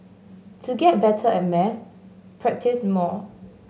to get better at maths practise more